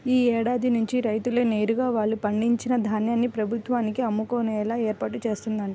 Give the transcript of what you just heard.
యీ ఏడాది నుంచి రైతులే నేరుగా వాళ్ళు పండించిన ధాన్యాన్ని ప్రభుత్వానికి అమ్ముకునేలా ఏర్పాట్లు జేత్తన్నరంట